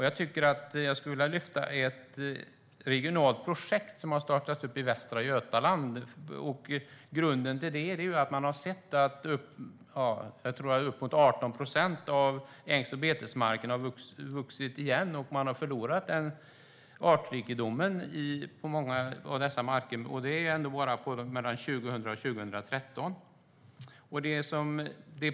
Jag vill lyfta upp ett regionalt projekt som har startats upp i västra Götaland. Grunden till det är att man har sett att uppemot 18 procent av ängs och betesmarken har vuxit igen. Man har förlorat artrikedomen på många av dessa marker, bara mellan 2000 och 2013.